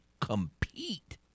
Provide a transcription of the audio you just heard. compete